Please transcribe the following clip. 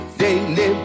daily